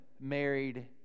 married